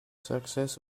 success